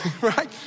right